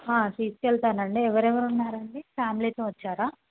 తీసుకు వెళ్తానండి ఎవరెవరు ఉన్నారు అండి ఫ్యామిలీతో వచ్చారా